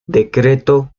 decreto